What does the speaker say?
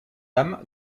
dame